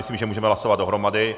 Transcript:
Myslím, že můžeme hlasovat dohromady.